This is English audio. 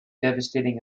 devastating